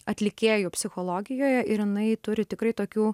atlikėjų psichologijoje ir jinai turi tikrai tokių